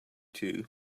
two